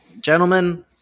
Gentlemen